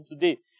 today